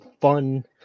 fun